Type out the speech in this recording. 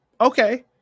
Okay